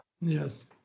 Yes